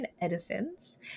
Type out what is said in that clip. Edison's